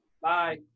Bye